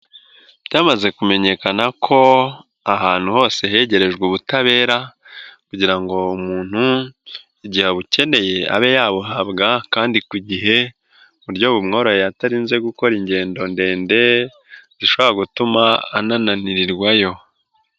Byamaze kumenyekana ko ahantu hose hegerejwe ubutabera kugira ngo umuntu igihebukeneye abe yabuhabwa kandi ku gihe mu buryo bumworoheye ataririnze gukora ingendo ndende zishobora gutuma ananirirwayo.